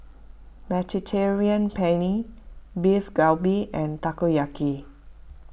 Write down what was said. Mediterranean Penne Beef Galbi and Takoyaki